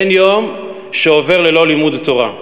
אין יום שעובר ללא לימוד תורה.